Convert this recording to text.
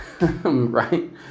right